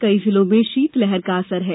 कई जिलों में शीतलहर का असर है